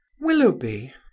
willoughby